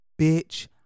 Bitch